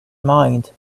mind